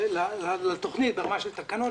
לתוכניות ברמה של תקנות,